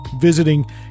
visiting